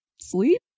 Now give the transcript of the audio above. sleep